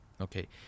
Okay